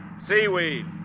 Seaweed